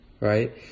Right